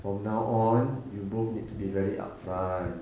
from now on you both need to be very upfront